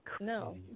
no